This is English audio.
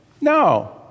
No